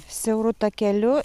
siauru takeliu